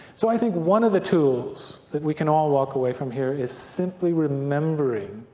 so i think one of the tools that we can all walk away from here is simply remembering,